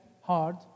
hard